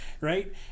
right